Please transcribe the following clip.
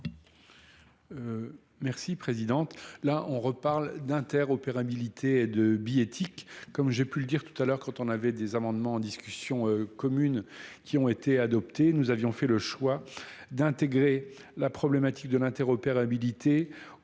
la présidente là on reparle d'interopérabilité et de bill éthique comme j'ai pu le dire tout à l'heure quand on avait des amendements en discussion commune qui ont été adoptés nous avions fait le choix d'intégrer la problématique de l'interopérabilité